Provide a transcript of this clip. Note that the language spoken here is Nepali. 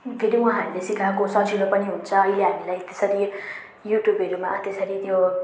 फेरि उहाँहरूले सिकाएको सजिलो पनि हुन्छ अहिले हामीलाई त्यसरी युट्युबहरूमा त्यसरी त्यो